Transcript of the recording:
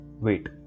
wait